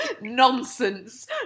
Nonsense